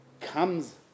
comes